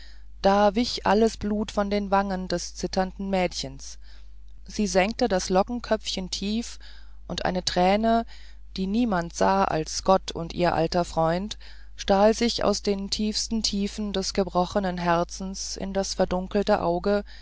da wich alles blut von den wangen des zitternden mädchens sie senkte das lockenköpfchen tief und eine träne die niemand sah als gott und ihr alter freund stahl sich aus den tiefsten tiefen des gebrochenen herzens in das verdunkelte auge